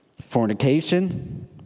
Fornication